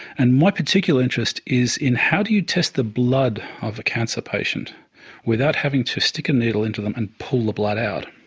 and my particular interest is in how do you test the blood of a cancer patient without having to stick a needle into them and pull the blood out?